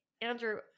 Andrew